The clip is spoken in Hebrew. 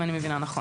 אם אני מבינה נכון.